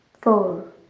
four